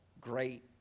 great